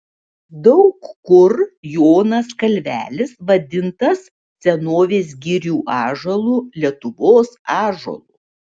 daug kur jonas kalvelis vadintas senovės girių ąžuolu lietuvos ąžuolu